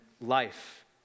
life